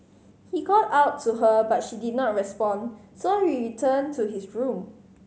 he called out to her but she did not respond so he returned to his room